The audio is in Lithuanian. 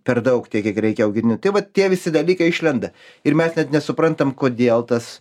per daug tiek kiek reikia augintniui tai vat tie visi dalykai išlenda ir mes nesuprantam kodėl tas